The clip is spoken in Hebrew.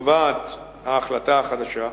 קובעת ההחלטה החדשה,